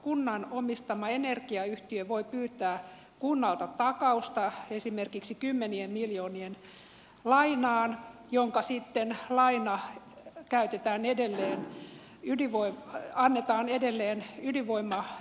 kunnan omistama energiayhtiö voi pyytää kunnalta takausta esimerkiksi kymmenien miljoonien lainaan joka sitten annetaan edelleen ydinvoimayhtiölle